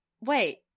Wait